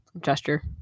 gesture